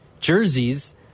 jerseys